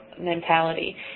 mentality